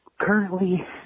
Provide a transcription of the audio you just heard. Currently